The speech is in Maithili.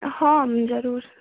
हँ जरूर